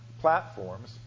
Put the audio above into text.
platforms